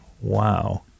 wow